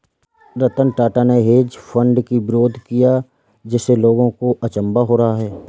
रतन टाटा ने hedge fund की विरोध किया जिससे लोगों को अचंभा हो रहा है